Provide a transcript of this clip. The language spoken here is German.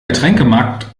getränkemarkt